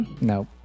Nope